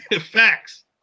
Facts